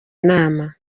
nama